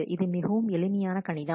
இது மிகவும் எளிமையான கணிதம்